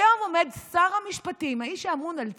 היום עומד שר המשפטים, האיש שאמון על צדק,